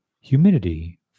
Humidity